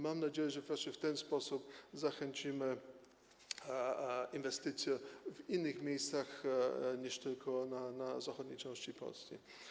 Mam nadzieję, że właśnie w ten sposób zachęcimy do inwestycji w innych miejscach niż tylko w zachodniej części Polski.